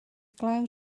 glaw